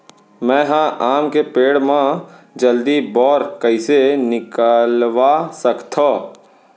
मैं ह आम के पेड़ मा जलदी बौर कइसे निकलवा सकथो?